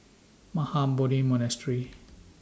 Mahabodhi Monastery